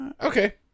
okay